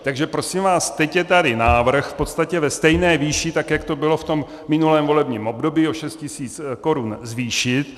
Takže prosím vás, teď je tady návrh v podstatě ve stejné výši, tak jak to bylo v tom minulém volebním období, o 6 tisíc korun zvýšit.